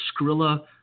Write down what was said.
Skrilla